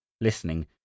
listening